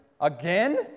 again